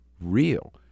real